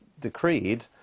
decreed